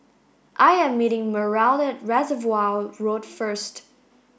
I am meeting Meryl at Reservoir Road first